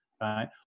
right